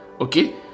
okay